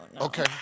Okay